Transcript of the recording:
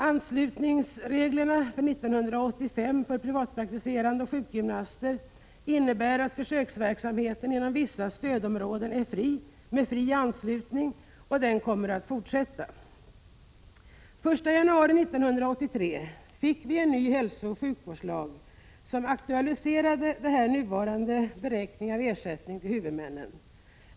Anslutningsreglerna för 1985 för privatpraktiserande läkare och sjukgymnaster innebär att försöksverksamheten inom vissa stödområden med fri anslutning kommer att fortsätta. Den 1 januari 1983 fick vi en ny hälsooch sjukvårdslag som aktualiserade den nuvarande beräkningen av ersättning till huvudmännen.